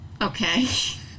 Okay